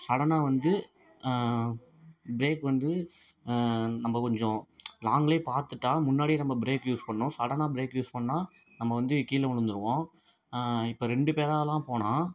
சடனாக வந்து ப்ரேக் வந்து நம்ப கொஞ்சம் லாங்லியே பார்த்துட்டா முன்னாடியே நம்ப ப்ரேக் யூஸ் பண்ணிணோம் சடனாக ப்ரேக் யூஸ் பண்ணிணா நம்ப வந்து கீழே விழுந்துருவோம் இப்போ ரெண்டு பேராலாம் போனால்